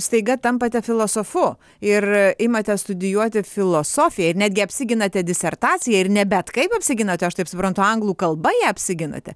staiga tampate filosofu ir imate studijuoti filosofiją ir netgi apsiginat disertaciją ir ne bet kaip apsiginate aš taip suprantu anglų kalba ją neapsiginate